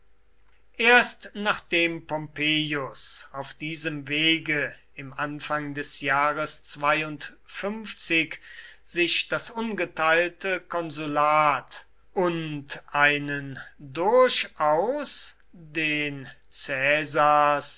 erst nachdem pompeius auf diesem wege im anfang des jahres sich das ungeteilte konsulat und einen durchaus den